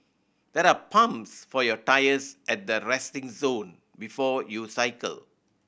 there are pumps for your tyres at the resting zone before you cycle